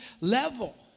level